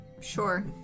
Sure